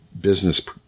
business